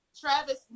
Travis